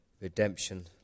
redemption